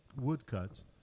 woodcuts